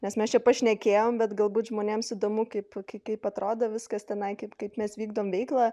nes mes čia pašnekėjom bet galbūt žmonėms įdomu kaip kaip atrodo viskas tenai kaip kaip mes vykdom veiklą